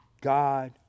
God